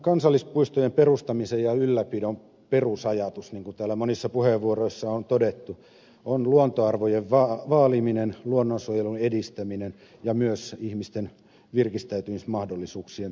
kansallispuistojen perustamisen ja ylläpidon perusajatus niin kuin täällä monissa puheenvuoroissa on todettu on luontoarvojen vaaliminen luonnonsuojelun edistäminen ja myös ihmisten virkistäytymismahdollisuuksien tukeminen